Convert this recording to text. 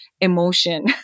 emotion